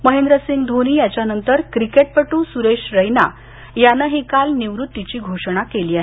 महेंद्रसिंग धोनी यांच्या नंतर क्रिकेटपटू सुरेश रैना यानंही काल निवृत्तीची घोषणा केली आहे